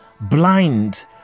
blind